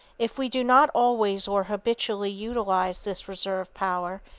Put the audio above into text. if we do not always or habitually utilize this reserve power,